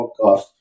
podcast